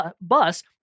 bus